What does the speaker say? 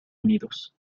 unidos